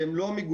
שהם לא מיגוניים,